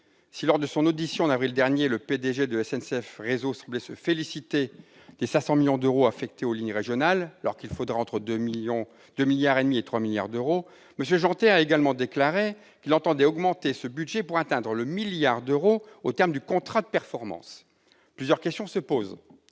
Si lors de son audition, en avril dernier, M. Jeantet, le PDG de SNCF Réseau, semblait se féliciter que 500 millions d'euros soient affectés aux lignes régionales, alors qu'il faudrait entre 2,5 milliards et 3 milliards d'euros, il a également déclaré qu'il entendait augmenter ce budget pour atteindre le milliard d'euros au terme du contrat de performance. Plusieurs questions se posent.